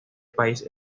país